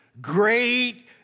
great